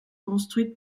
construite